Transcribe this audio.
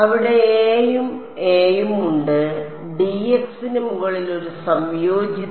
അവിടെ a ഉം a ഉം ഉണ്ട് dx ന് മുകളിൽ ഒരു സംയോജിത